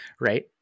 right